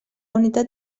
unitat